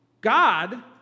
God